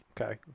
Okay